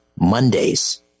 Mondays